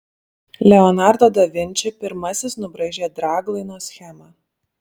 leonardo da vinči pirmasis nubraižė draglaino schemą